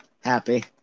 Happy